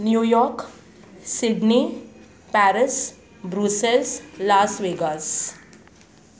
New York Sydney Paris Brussels Las Vegas